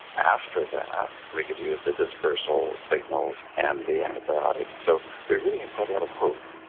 after that, we could use the dispersal signals and the antibiotics. so we really have quite a lot of hope.